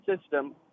system